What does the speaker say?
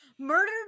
Murdered